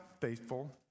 faithful